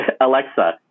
Alexa